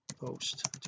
post